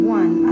one